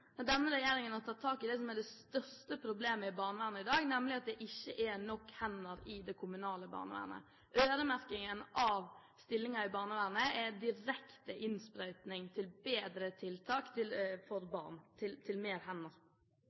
jeg si at de tar feil. Denne regjeringen har tatt tak i det som er det største problemet i barnevernet i dag, nemlig at det ikke er nok hender i det kommunale barnevernet. Øremerkingen av stillinger i barnevernet er en direkte innsprøyting til bedre tiltak for barn og til flere hender. For det andre til